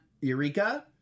Eureka